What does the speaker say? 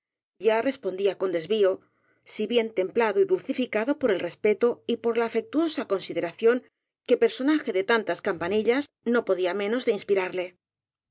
ya respondía con desvío si bien templado y dulcidcado por el respeto y por la afectuosa considera ción que personaje de tantas campanillas no podía menos de inspirarle